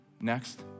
next